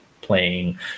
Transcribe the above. playing